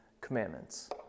Commandments